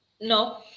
No